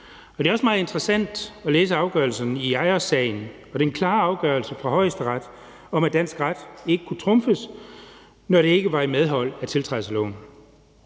det er også meget interessant at læse afgørelserne i Ajossagen og den klare afgørelse fra Højesteret, om at dansk ret ikke kunne trumfes, når det ikke var i medhold af tiltrædelsesloven.